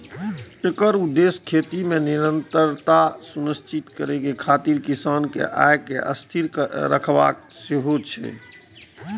एकर उद्देश्य खेती मे निरंतरता सुनिश्चित करै खातिर किसानक आय कें स्थिर राखब सेहो छै